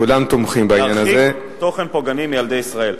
כולם תומכים בעניין הזה.